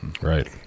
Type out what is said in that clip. right